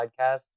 podcast